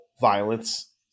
violence